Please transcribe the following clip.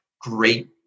great